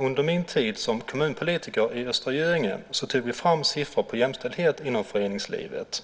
Under min tid som kommunpolitiker i Östra Göinge tog vi för ett tiotal år sedan fram siffror på jämställdheten inom föreningslivet.